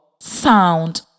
Sound